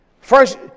First